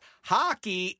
Hockey